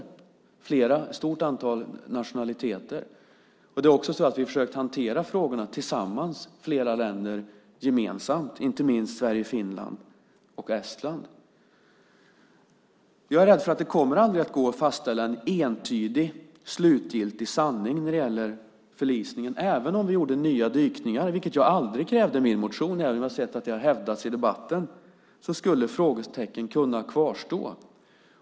Det var ett stort antal nationaliteter. Vi har också från flera länder gemensamt försökt hantera frågorna, inte minst Sverige, Finland och Estland. Jag är rädd för att det aldrig kommer att gå att fastställa en entydig och slutgiltig sanning när det gäller förlisningen även om vi skulle göra nya dykningar, vilket jag aldrig krävde i min motion, även om jag har sett att det har hävdats i debatten. Frågetecken skulle ändå kunna kvarstå.